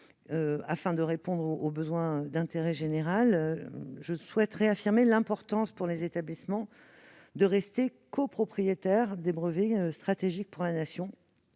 vue de répondre à des besoins d'intérêt général, je souhaite réaffirmer l'importance, pour les établissements, de rester copropriétaires des brevets stratégiques pour la Nation.